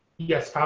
yes.